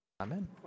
amen